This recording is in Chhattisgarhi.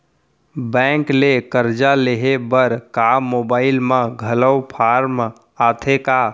बैंक ले करजा लेहे बर का मोबाइल म घलो फार्म आथे का?